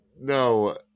no